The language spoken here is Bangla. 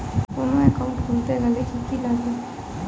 কোন একাউন্ট খুলতে গেলে কি কি লাগে?